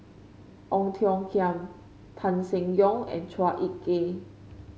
Ong Tiong Khiam Tan Seng Yong and Chua Ek Kay